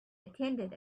attended